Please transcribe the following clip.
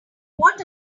what